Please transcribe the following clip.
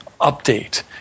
update